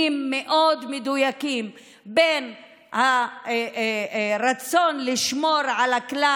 מאוד מדויקים בין הרצון לשמור על הכלל,